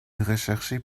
recherché